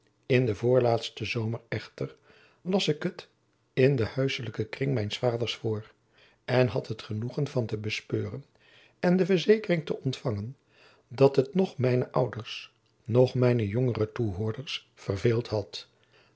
in den voorlaatsten zomer echter las ik het in den huisselijken kring mijns vaders voor en had het genoegen van te bespeuren en de verzekering te ontfangen dat het noch mijne ouders noch mijne jongere toehoorders verveeld had